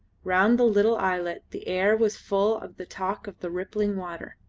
round the little islet the air was full of the talk of the rippling water.